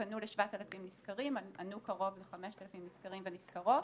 כ-7000 נסקרים, ענו קרוב ל-5000 נסקרים ונסקרות,